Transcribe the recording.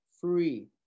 free